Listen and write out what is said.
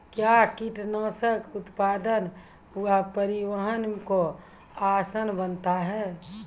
कया कीटनासक उत्पादन व परिवहन को आसान बनता हैं?